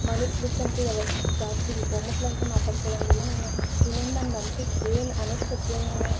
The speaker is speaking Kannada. ಮನಸ್ಸು ಬಿಚ್ಚಂತೂ ಯವ ಜಾಸ್ತಿ ಒಮ್ಮುಕ್ಲಂತೂ ಮಾತಾಡ್ಕೊಳ್ಳಂಗಿಲ್ಲ ನಾನು ಇನ್ನೊಂದು ನನ್ನ ಮನ್ಸಿಗೆ ಏನು ಅನಿಸ್ತತಿ ಅದನ್ನ